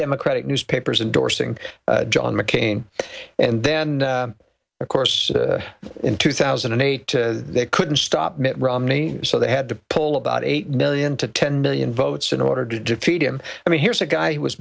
democratic newspapers indorsing john mccain and then of course in two thousand and eight to they couldn't stop mitt romney so they had to pull about eight million to ten million votes in order to defeat him i mean here's a guy who was